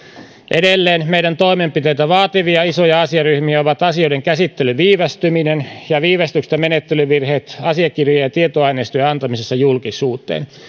edelleen meidän toimenpiteitämme vaativia isoja asiaryhmiä ovat asioiden käsittelyn viivästyminen ja viivästykset ja menettelyvirheet asiakirjojen ja tietoaineistojen antamisessa julkisuuteen